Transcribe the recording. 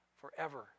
forever